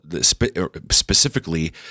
specifically